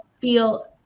feel